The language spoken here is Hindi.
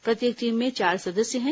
प्रत्येक टीम में चार सदस्य हैं